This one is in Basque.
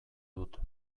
dut